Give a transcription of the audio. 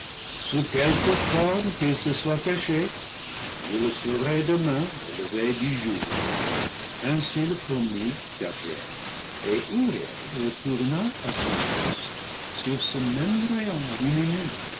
quel que forme qu'il se soit caché je le saurai demain au lever du jour ainsi le promit gabriel et uriel retourna à son poste sur ce même rayon lumineux